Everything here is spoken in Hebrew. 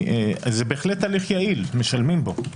זה בהחלט הליך יעיל, משלמים בו.